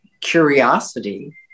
curiosity